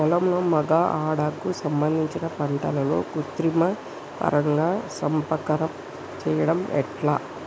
పొలంలో మగ ఆడ కు సంబంధించిన పంటలలో కృత్రిమ పరంగా సంపర్కం చెయ్యడం ఎట్ల?